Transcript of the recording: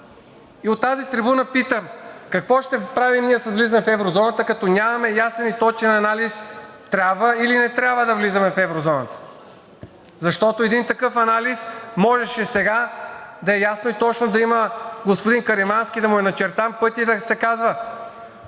И от тази трибуна питам: какво ще правим ние с влизане в еврозоната, като нямаме ясен и точен анализ трябва ли, или не трябва да влизаме в еврозоната? Защото при един такъв анализ можеше сега да е ясно и точно и на господин Каримански да му е начертан пътят и да се каже: